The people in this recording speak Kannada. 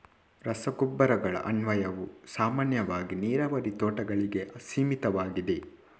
ರಸಗೊಬ್ಬರಗಳ ಅನ್ವಯವು ಸಾಮಾನ್ಯವಾಗಿ ನೀರಾವರಿ ತೋಟಗಳಿಗೆ ಸೀಮಿತವಾಗಿದೆ